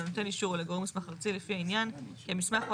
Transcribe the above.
לנותן אישור או לגורם מוסמך ארצי לפי העניין כי המסמך או